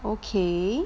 okay